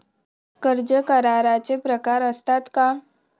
कर्ज कराराचे प्रकार असतात का?